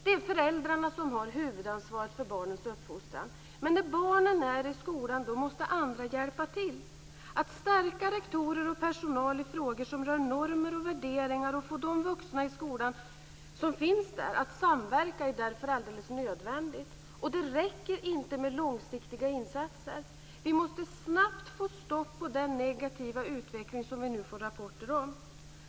Det är föräldrarna som har huvudansvaret för barnens uppfostran. Men när barnen är i skolan måste andra hjälpa till. Att stärka rektorer och personal i frågor som rör normer och värderingar och få de vuxna i skolan som finns där att samverka är därför alldeles nödvändigt. Det räcker inte med långsiktiga insatser. Vi måste snabbt få stopp på den negativa utveckling som vi nu får rapporter om.